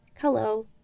Hello